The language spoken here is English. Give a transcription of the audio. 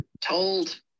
told